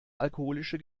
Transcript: alkoholische